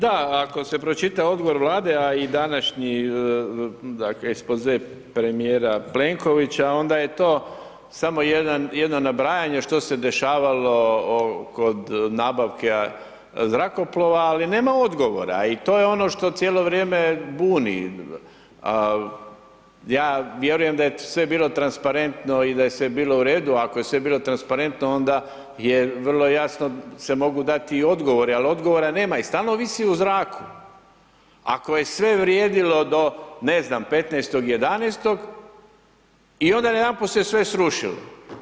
Da, ako se pročita odgovor Vlade, a i današnji dakle ekspoze premijera Plenkovića, onda je to samo jedno nabrajanje što se dešavalo kod nabavke zrakoplova ali nema odgovora i to je ono što cijelo vrijeme buni, ja vjerujem da je sve bilo transparentno i da je sve bilo u redu, ako je sve bilo transparentno onda je vrlo jasno se mogu i dati odgovori, ali odgovora nema i stalno visi u zraku, ako je sve vrijedilo do ne znam 15. 11. i onda najedanput se sve srušilo.